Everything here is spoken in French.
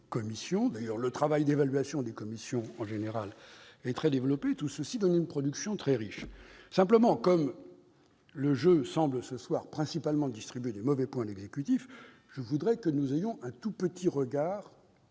générale, le travail d'évaluation des commissions est très développé. Tout cela donne une production très riche. Simplement, comme le jeu ce soir semble être, pour le principal, de distribuer des mauvais points à l'exécutif, je voudrais que nous ayons un tout petit regard